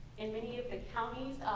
and many of the counties,